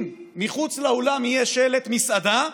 אם מחוץ לאולם יהיה שלט "מסעדה",